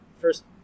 first